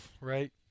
right